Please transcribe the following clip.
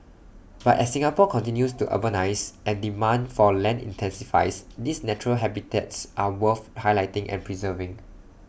but as Singapore continues to urbanise and demand for land intensifies these natural habitats are worth highlighting and preserving